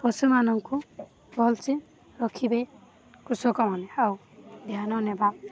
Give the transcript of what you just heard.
ପଶୁମାନଙ୍କୁ ଭଲ୍ସେ ରଖିବେ କୃଷକମାନେ ଆଉ ଧ୍ୟାନ ନେବା